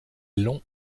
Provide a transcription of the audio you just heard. long